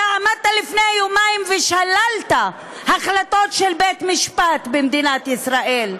אתה עמדת לפני יומיים ושללת החלטות של בית-משפט במדינת ישראל.